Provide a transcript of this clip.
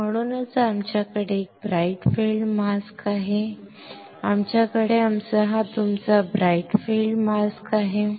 तर म्हणूनच आमच्याकडे एक ब्राइट फील्ड मास्क आहे आमच्याकडे आमचा हा तुमचा ब्राइट फील्ड मास्क आहे